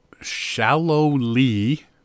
shallowly